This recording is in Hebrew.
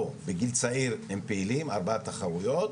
או מגיל צעיר הם פעילים בתחרויות,